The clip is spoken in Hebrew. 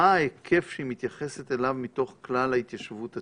מה ההיקף שהיא מתייחסת אליו מתוך כלל ההתיישבות הצעירה.